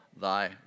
thy